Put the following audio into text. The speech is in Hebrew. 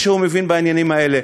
שהוא מבין בעניינים האלה.